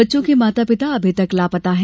बच्चों के माता पिता अभी तक लापता हैं